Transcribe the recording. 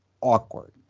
awkward